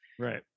Right